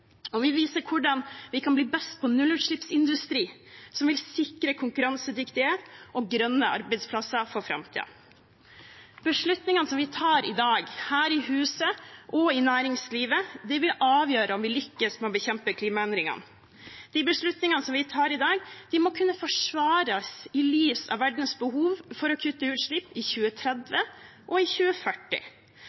Og vi viser hvordan vi kan bli best på nullutslippsindustri som vil sikre konkurransedyktige og grønne arbeidsplasser for framtiden. Beslutningene vi tar i dag, her i huset og i næringslivet, vil avgjøre om vi lykkes med å bekjempe klimaendringene. De beslutningene vi tar i dag, må kunne forsvares i lys av verdens behov for å kutte utslipp i 2030 og i 2040.